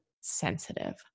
sensitive